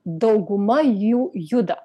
dauguma jų juda